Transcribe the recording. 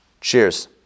cheers